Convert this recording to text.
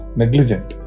negligent